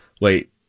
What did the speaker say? Wait